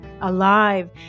alive